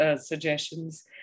suggestions